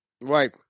Right